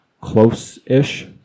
close-ish